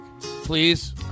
Please